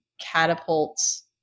catapults